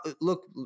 look